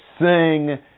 sing